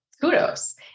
kudos